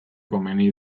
komeni